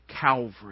Calvary